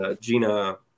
Gina